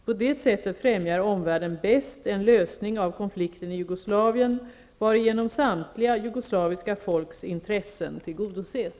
På det sättet främjar omvärlden bäst en lösning av konflikten i Jugoslavien, varigenom samtliga jugoslaviska folks intressen tillgodoses.